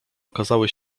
okazały